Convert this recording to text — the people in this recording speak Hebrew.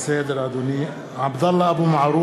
(קורא בשמות חברי הכנסת) עבדאללה אבו מערוף,